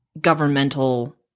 governmental